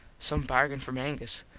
some bargain from angus.